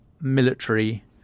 military